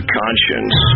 conscience